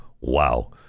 wow